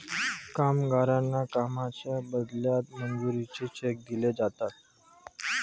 कामगारांना कामाच्या बदल्यात मजुरीचे चेक दिले जातात